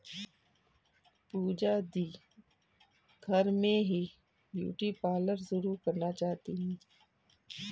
पूजा दी घर में ही ब्यूटी पार्लर शुरू करना चाहती है